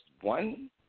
one